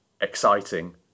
exciting